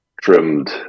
trimmed